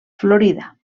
florida